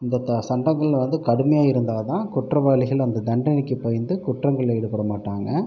இந்த த சட்டங்கள் வந்து கடுமையாக இருந்தா தான் குற்றவாளிகள் அந்த தண்டனைக்கு பயந்து குற்றங்களில் ஈடுபடமாட்டாங்க